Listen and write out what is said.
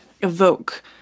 evoke